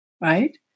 right